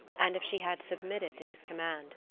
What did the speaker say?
and if she had submitted to his command.